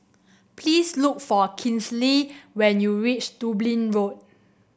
please look for Kinsley when you reach Dublin Road